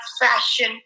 fashion